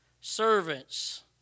servants